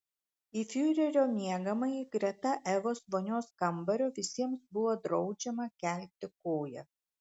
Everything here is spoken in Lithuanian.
į fiurerio miegamąjį greta evos vonios kambario visiems buvo draudžiama kelti koją